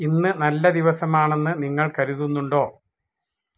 ഇന്ന് നല്ല ദിവസമാണെന്ന് നിങ്ങള് കരുതുന്നുണ്ടോ